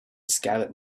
scabbard